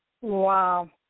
Wow